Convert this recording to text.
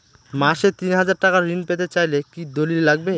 মাসে তিন হাজার টাকা ঋণ পেতে চাইলে কি দলিল লাগবে?